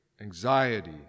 anxiety